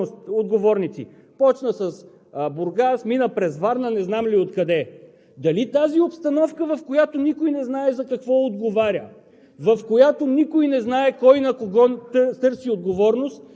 тук на тази трибуна той дойде и ги обвини един по един, различните отговорници? Започна с Бургас, мина през Варна, не знам откъде! Дали тази обстановка, в която никой не знае за какво отговаря,